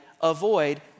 avoid